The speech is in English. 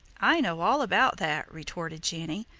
i know all about that, retorted jenny.